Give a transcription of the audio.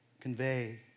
convey